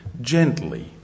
gently